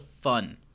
fun